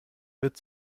wird